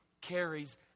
carries